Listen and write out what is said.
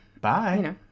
Bye